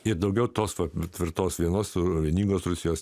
ir daugiau tos pačios tvirtos vienos su vieningos rusijos